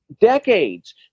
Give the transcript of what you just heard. decades